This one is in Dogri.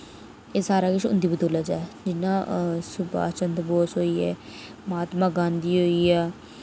एह् सारा किश उं'दी बदौलत ऐ जि'यां सुबाश चंद्र बोस होई गे महात्मा गांधी होई गेआ